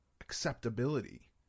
acceptability